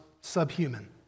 subhuman